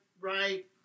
right